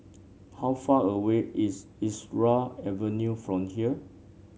how far away is Irau Avenue from here